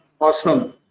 Awesome